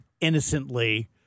innocently